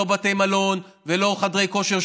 לא בתי מלון ולא חדרי כושר,